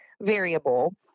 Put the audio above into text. variable